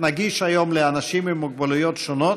נגיש היום לאנשים עם מוגבלויות שונות,